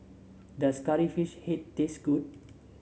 does Curry Fish Head taste good